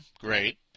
great